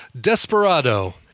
Desperado